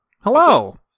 Hello